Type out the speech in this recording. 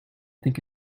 think